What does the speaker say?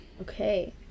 Okay